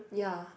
ya